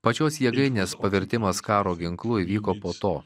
pačios jėgainės pavertimas karo ginklu įvyko po to